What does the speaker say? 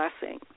blessing